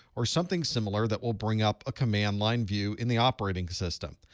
or something similar that will bring up a command line view in the operating system.